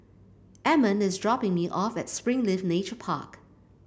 Amon is dropping me off at Springleaf Nature Park